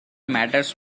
matters